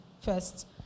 first